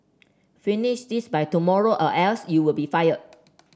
finish this by tomorrow or else you will be fired